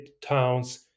towns